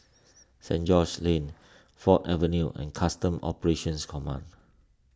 Saint George's Lane Ford Avenue and Customs Operations Command